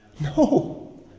No